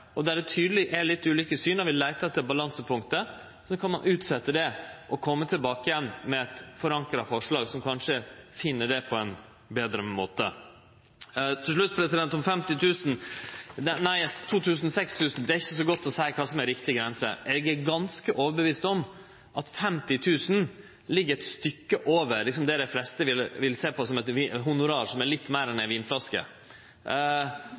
– der det er tydeleg at det er litt ulike syn og vi leitar etter balansepunktet – kan ein utsetje det og kome tilbake igjen med eit forankra forslag som kanskje finn det på ein betre måte. Til slutt om 2 000 kr eller 6 000 kr: Det er ikkje så godt å seie kva som er riktig grense. Eg er ganske overtydd om at 50 000 kr ligg eit stykke over det dei fleste vil sjå på som eit honorar som er litt meir enn